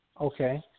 Okay